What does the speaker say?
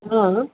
हाँ